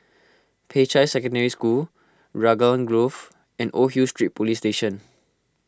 Peicai Secondary School Raglan Grove and Old Hill Street Police Station